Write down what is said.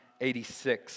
86